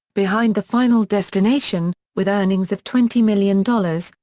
behind the final destination, with earnings of twenty million dollars,